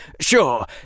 Sure